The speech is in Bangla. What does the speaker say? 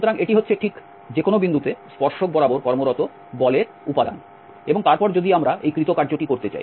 সুতরাং এটি হচ্ছে ঠিক যে কোন বিন্দুতে স্পর্শক বরাবর কর্মরত বলের উপাদান এবং তারপর যদি আমরা এই কৃত কার্যটি করতে চাই